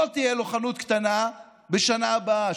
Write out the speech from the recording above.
לא תהיה לו חנות קטנה בשנה הבאה.